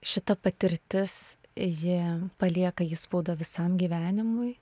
šita patirtis ji palieka įspaudą visam gyvenimui